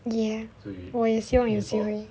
ya 我也希望有机会